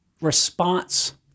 Response